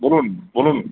বলুন বলুন